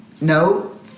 no